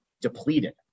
depleted